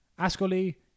Ascoli